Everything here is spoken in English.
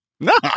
No